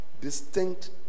distinct